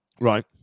Right